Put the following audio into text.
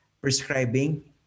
prescribing